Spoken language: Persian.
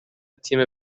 تیم